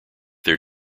their